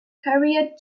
carried